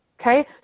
okay